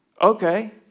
Okay